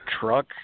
truck